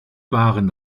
waren